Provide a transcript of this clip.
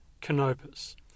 Canopus